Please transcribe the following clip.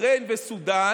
בחריין וסודאן,